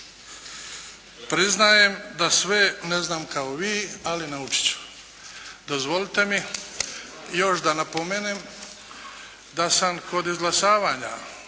Priznajem da sve ne znam kao vi ali naučit ću. Dozvolite mi još da napomenem da sam kod izglasavanja